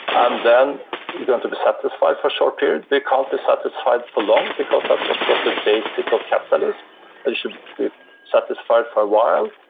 and then you're going to be satisfied for short period, you can't be satisfied for long, because that's of course a basic of capitalist, you should be satisfied for a while,